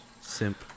Simp